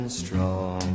strong